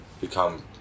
become